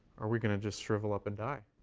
are we going to just shrivel up and die?